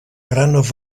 gran